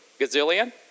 Gazillion